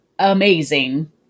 amazing